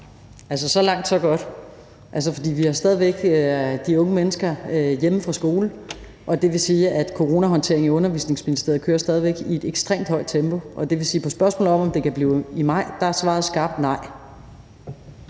maj – så langt, så godt. Vi har stadig væk de unge mennesker hjemme fra skole, og det vil sige, at coronahåndteringen i Undervisningsministeriet stadig væk kører i et ekstremt højt tempo, og det vil sige, at på spørgsmålet, om det kan blive i maj, er svaret et skarpt nej.